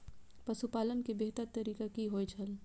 पशुपालन के बेहतर तरीका की होय छल?